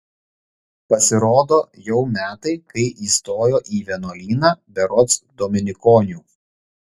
pasirodo jau metai kai įstojo į vienuolyną berods dominikonių